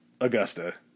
Augusta